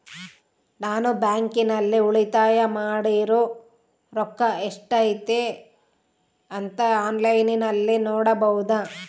ನಾನು ಬ್ಯಾಂಕಿನಲ್ಲಿ ಉಳಿತಾಯ ಮಾಡಿರೋ ರೊಕ್ಕ ಎಷ್ಟಿದೆ ಅಂತಾ ಆನ್ಲೈನಿನಲ್ಲಿ ನೋಡಬಹುದಾ?